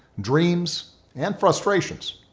dreams and frustrations.